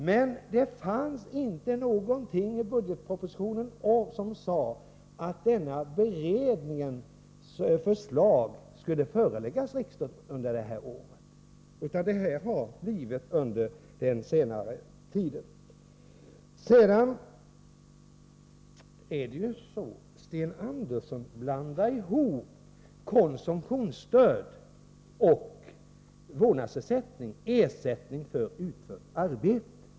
Men det fanns inte någonting i budgetpropositionen som sade att denna berednings förslag skulle föreläggas riksdagen under detta år. Det har blivit av under den senare tiden. Sedan blandar Sten Andersson ihop konsumtionsstöd och vårdnadsersättning. Det senare är ju ersättning för utfört arbete.